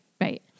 Right